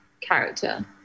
character